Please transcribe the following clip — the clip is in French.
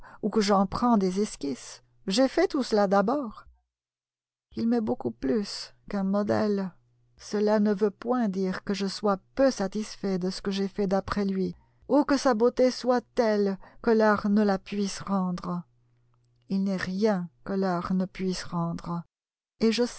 ou que j'en prends des esquisses j'ai fait tout cela d'abord il m'est beaucoup plus qu'un modèle cela ne veut point dire que je sois peu satisfait de ce que j'ai fait d'après lui ou que sa beauté soit telle que l'art ne la puisse rendre il nest rien que l'art ne puisse rendre et je